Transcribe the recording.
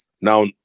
Now